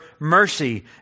mercy